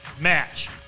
match